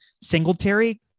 Singletary